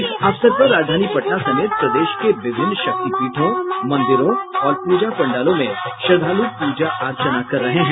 इस अवसर पर राजधानी पटना समेत प्रदेश के विभिन्न शक्तिपीठों मंदिरों और पूजा पंडालों में श्रद्वालु पूजा अर्चना कर रहे हैं